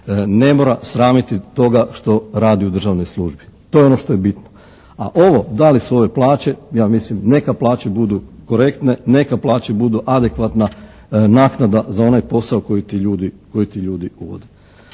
ne mora sramiti toga što radi u državnoj službi. To je ono što je bitno. A ovo, da li su ove plaće, ja mislim neka plaće budu korektne, neka plaće budu adekvatna naknada za onaj posao koji ti ljudi vode.